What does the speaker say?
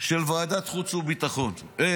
של הקבינט.